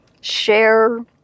share